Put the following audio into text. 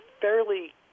fairly